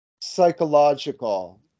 psychological